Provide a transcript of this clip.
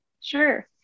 Sure